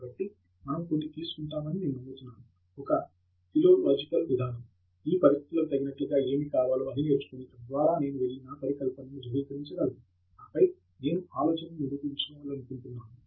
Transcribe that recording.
కాబట్టి మనము కొన్ని తీసుకుంటామని నేను నమ్ముతున్నాను ఒక ఫిలోలాజికల్ విధానం ఈ పరిస్థితులకు తగినట్లుగా ఏమి కావాలో అది నేర్చుకొని తద్వారా నేను వెళ్లి నా పరికల్పనను ధృవీకరించగలను ఆపై నేను ఆలోచనను నిరూపించాలనుకుంటున్నాను